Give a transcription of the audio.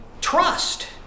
trust